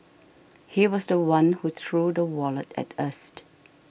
he was the one who threw the wallet at us